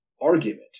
argument